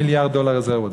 ו-70 מיליארד דולר רזרבות.